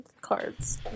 cards